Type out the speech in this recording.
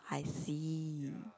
I see